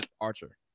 Archer